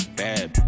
bad